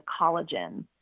collagen